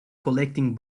collecting